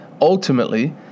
ultimately